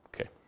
Okay